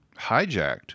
hijacked